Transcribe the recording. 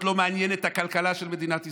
לא מעניינת הכלכלה של מדינת ישראל,